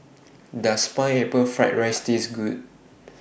Does Pineapple Fried Rice Taste Good